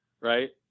right